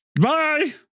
Bye